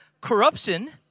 corruption